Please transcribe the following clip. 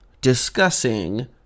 discussing